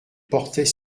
portait